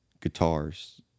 guitars